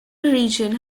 region